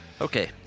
Okay